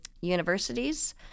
universities